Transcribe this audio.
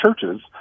churches